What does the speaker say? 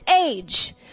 age